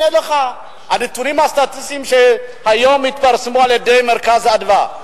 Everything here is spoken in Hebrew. הנתונים הסטטיסטיים שהתפרסמו היום על-ידי "מרכז אדוה",